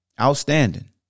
Outstanding